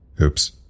oops